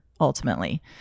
ultimately